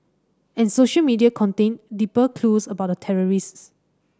and social media contained deeper clues about the terrorists